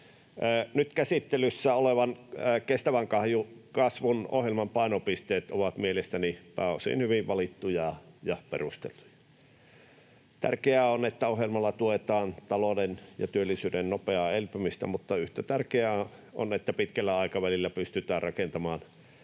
Nyt käsittelyssä olevan kestävän kasvun ohjelman painopisteet ovat mielestäni pääosin hyvin valittuja ja perusteltuja. Tärkeää on, että ohjelmalla tuetaan talouden ja työllisyyden nopeaa elpymistä, mutta yhtä tärkeää on, että pitkällä aikavälillä pystytään rakentamaan